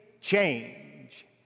change